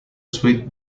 suite